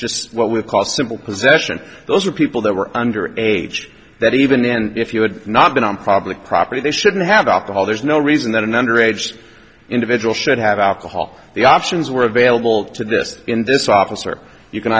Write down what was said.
just what we call simple possession those are people that were under age that even if you had not been on public property they shouldn't have alcohol there's no reason that an underage individual should have alcohol the options were available to this in this officer you can